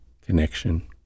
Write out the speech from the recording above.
connection